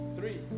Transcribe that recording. Three